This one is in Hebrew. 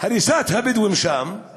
הריסת הבדואים שם, איך זה